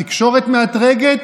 התקשורת מאתרגת,